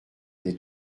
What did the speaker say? des